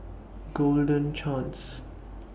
Golden Chance